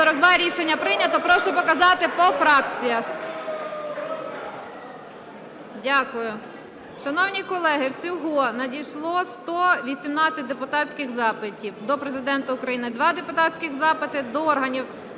Рішення прийнято. Прошу показати по фракціях. Дякую. Шановні колеги, всього надійшло 118 депутатських запитів: до Президента України – 2 депутатські запити; до органів